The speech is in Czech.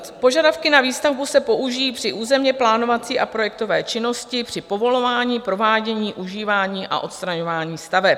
Požadavky na výstavbu se použijí při územněplánovací a projektové činnosti, při povolování, provádění, užívání a odstraňování staveb.